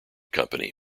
company